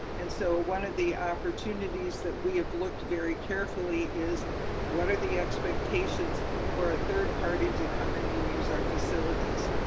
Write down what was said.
and so, one of the opportunities that we have looked very carefully is what are the expectations for a third party to come in and use our facilities,